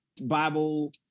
Bible